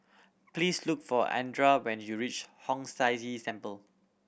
please look for Andra when you reach Hong San See Temple